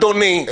אדוני,